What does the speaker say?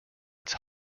its